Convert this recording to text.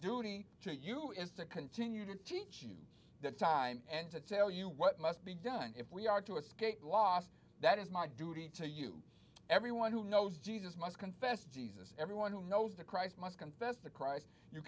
duty to you is to continue to teach you the time and to tell you what must be done if we are to escape last that is my duty to you everyone who knows jesus must confess jesus everyone who knows the christ must confess the christ you